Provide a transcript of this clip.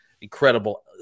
incredible